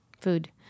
food